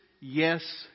yes